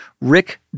Rick